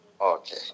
Okay